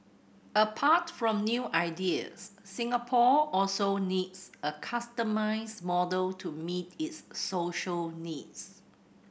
apart from new ideas Singapore also needs a customised model to meet its social needs